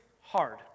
hard